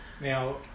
Now